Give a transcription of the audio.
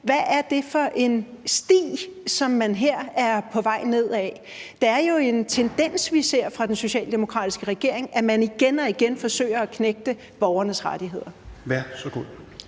Hvad er det for en sti, som man her er på vej ned af? Det er jo en tendens, vi ser fra den socialdemokratiske regering, at man igen og igen forsøger at knægte borgernes rettigheder.